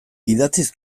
idatziz